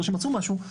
לא שמצאו משהו,